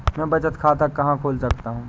मैं बचत खाता कहाँ खोल सकता हूँ?